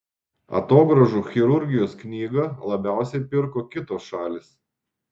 atogrąžų chirurgijos knygą labiausiai pirko kitos šalys